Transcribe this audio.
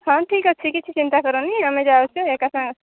ହଁ ଠିକଅଛି କିଛି ଚିନ୍ତା କରନି ଆମେ ଯାଉଛୁ ଏକା ସାଙ୍ଗରେ